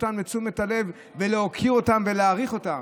לתשומת הלב ולהוקיר אותם ולהעריך אותם,